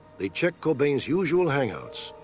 they checked cobain's usual hangouts.